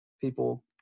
people